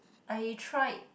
I tried